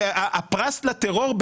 שנותנים פרס לטרור?